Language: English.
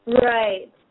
Right